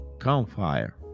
campfire